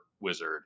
wizard